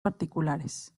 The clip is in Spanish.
particulares